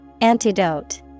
Antidote